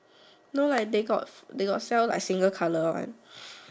no like they got they got sell single colour one